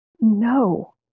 No